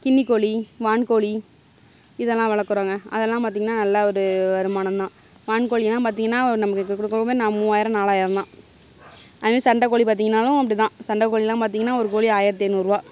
கின்னிக்கோழி வான்கோழி இதெல்லாம் வளர்க்குறோங்க அதெல்லாம் பார்த்திங்கனா நல்லா ஒரு வருமானம் தான் வான்கோழிலாம் பார்த்திங்கனா நமக்கு மூவாயிரம் நாலாயிரம் தான் அதை மாரி சண்டை கோழி பார்த்திங்கனாலும் அப்படி தான் சண்டை கோழிலாம் பார்த்திங்கனா ஒரு கோழி ஆயிரத்தி ஐநூறுரூவா